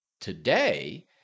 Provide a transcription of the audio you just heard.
today